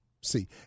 see